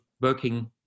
working